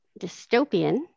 dystopian